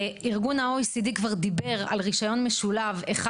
ארגון ה-OECD כבר דיבר על רישיון משולב אחד,